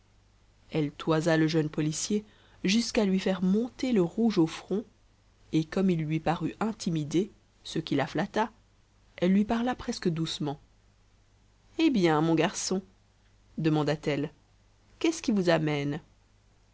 elle toisa le jeune policier jusqu'à lui faire monter le rouge au front et comme il lui parut intimidé ce qui la flatta elle lui parla presque doucement eh bien mon garçon demanda-t-elle qu'est-ce qui vous amène